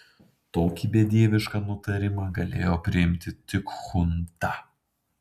tokį bedievišką nutarimą galėjo priimti tik chunta